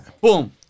Boom